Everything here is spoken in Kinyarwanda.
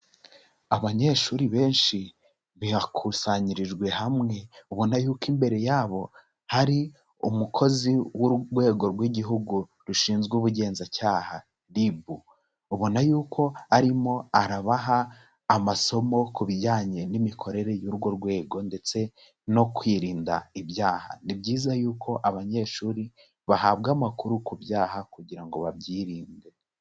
Abanyeshuri benshi bakusanyirijwe hamwe, ubona yuko imbere yabo hari umukozi w'Urwego rw'Igihugu Rushinzwe Ubugenzacyaha RIB, ubabona yuko arimo arabaha amasomo ku bijyanye n'imikorere y'urwo rwego ndetse no kwirinda ibyaha, ni byiza yuko abanyeshuri bahabwa amakuru ku byaha kugira ngo babyirinde.